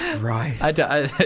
right